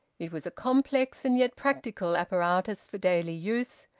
it was a complex and yet practical apparatus for daily use,